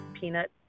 Peanut